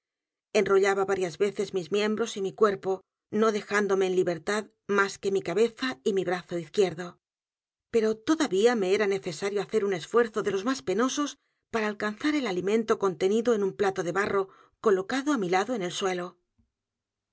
enrollaba varias veces mis miembros y mi cuerpo no dejándome en libertad más que mi cabeza y mi brazo izquierdo el pozo y el péndulo pero todavía me era necesario hacer u n esfuerzo de los más penosos para alcanzar el alimento contenido en un plato de b a r r o colocado á mi lado en el suelo